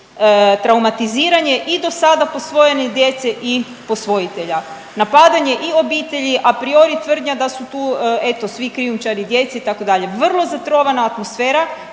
traumatiziranje i dosada posvojene djece i posvojitelja, napadanje i obitelji, a priori tvrdnja da su tu eto svi krijumčari djece itd., vrlo zatrovana atmosfera